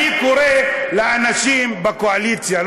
אני קורא לאנשים בקואליציה,